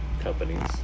companies